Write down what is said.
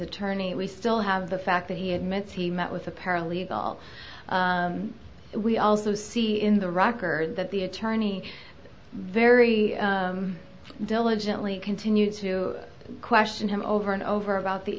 attorney we still have the fact that he admits he met with a paralegal we also see in the rocker that the attorney very diligently continued to question him over and over about the